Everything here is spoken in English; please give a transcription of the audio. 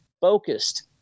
focused